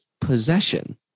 possession